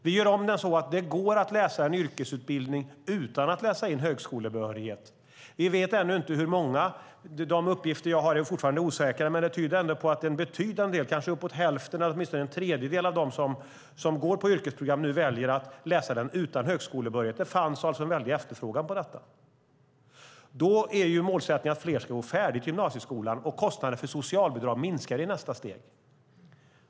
Vi gör om den så att det går att läsa en yrkesutbildning utan att läsa in högskolebehörighet. Vi vet ännu inte hur många det handlar om. De uppgifter som jag har är fortfarande osäkra. Men de tyder ändå på att en betydande del, kanske uppåt hälften eller åtminstone en tredjedel av dem som går på yrkesprogram, väljer att läsa den utan högskolebehörighet. Det fanns alltså en väldig efterfrågan på detta. Då är målsättningen att fler ska gå färdigt i gymnasieskolan och att kostnaden för socialbidrag ska minska i nästa steg.